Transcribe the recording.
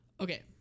Okay